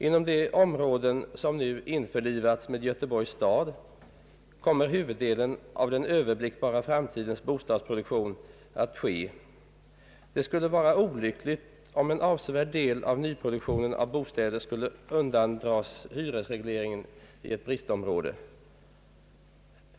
Inom de områden, som nu införlivats med Göteborgs stad, kommer huvuddelen av den överblickbara framtidens bostadsproduktion att ske. Det skulle vara olyckligt, om en avsevärd del av nyproduktionen av bostäder skulle undandragas hyresreglering i ett bristområde.